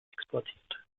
exportiert